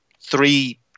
three